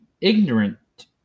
ignorant